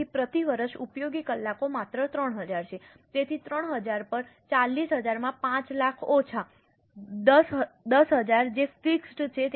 તેથી પ્રતિ વર્ષ ઉપયોગી કલાકો માત્ર 3000 છે તેથી 3000 પર 40000 માં 5 લાખ ઓછા 10000 જે ફિક્સ્ડ છે